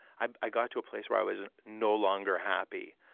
i i got to a place where i was no longer happy,